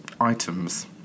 items